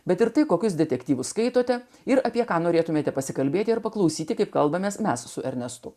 bet ir tai kokius detektyvus skaitote ir apie ką norėtumėte pasikalbėti ir paklausyti kaip kalbamės mes su ernestu